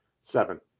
Seven